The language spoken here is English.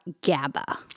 GABA